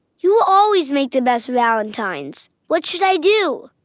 you always make the best valentines. what should i do?